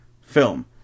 film